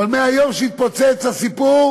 אבל מהיום שהתפוצץ הסיפור